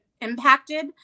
impacted